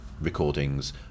recordings